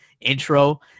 intro